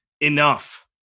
enough